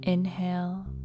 Inhale